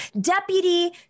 deputy